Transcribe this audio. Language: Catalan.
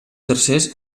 tercers